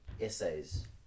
essays